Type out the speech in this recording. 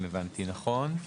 אם הבנתי נכון.